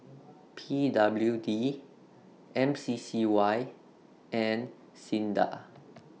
P W D M C C Y and SINDA